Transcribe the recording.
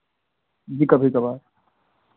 जी कभी कभार